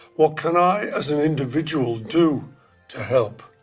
what can i as an individual do to help?